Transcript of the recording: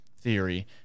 theory